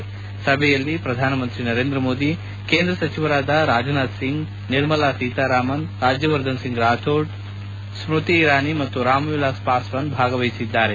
ಈ ಸಭೆಯಲ್ಲಿ ಪ್ರಧಾನಮಂತ್ರಿ ನರೇಂದ್ರ ಮೋದಿ ಕೇಂದ್ರ ಸಚಿವರಾದ ರಾಜನಾಥ್ ಸಿಂಗ್ ನಿರ್ಮಲಾ ಸೀತಾರಾಮನ್ ರಾಜ್ಯವರ್ಧನ್ ಸಿಂಗ್ ರಾಥೋಡ್ ಸ್ಕೃತಿ ಇರಾನಿ ಮತ್ತು ರಾಮ್ವಿಲಾಸ್ ಪಾಸ್ವಾನ್ ಭಾಗವಹಿಸಿದ್ದಾರೆ